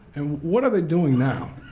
and what are they doing now?